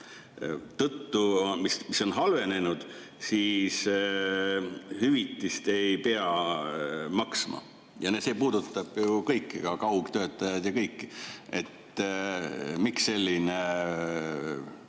tõttu halvenenud, siis hüvitist ei pea maksma. See puudutab ju kõiki, kaugtöötajaid ja kõiki. Miks selline